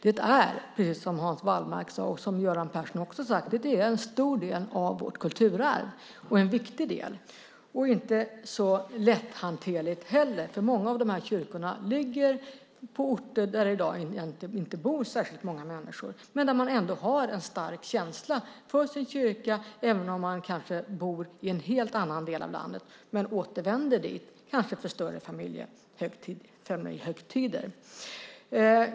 Det är, precis som både Hans Wallmark och Göran Persson i Simrishamn sagt, en stor del av vårt kulturarv - en viktig del och inte så lätthanterlig heller, för många av dessa kyrkor ligger på orter där det i dag egentligen inte bor särskilt många men där man ändå har en stark känsla för sin kyrka. Man kanske bor i en helt annan del av landet men återvänder dit för större familjehögtider.